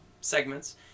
segments